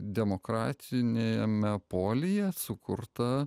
demokratiniame polyje sukurta